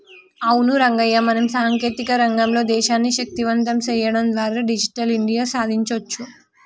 అవును రంగయ్య మనం సాంకేతిక రంగంలో దేశాన్ని శక్తివంతం సేయడం ద్వారా డిజిటల్ ఇండియా సాదించొచ్చు